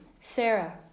Sarah